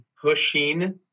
pushing